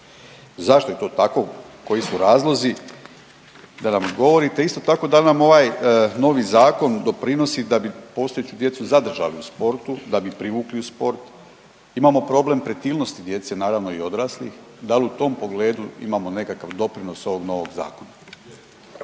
Zašto je to tako? Koji su razlozi da nam govorite isto tako da nam ovaj novi zakon doprinosi da bi postojeću djecu zadržali u sportu, da bi privukli u sport. Imamo problem pretilnosti djece, naravno i odraslih. Da li u tom pogledu imamo nekakav doprinos ovog novog zakona?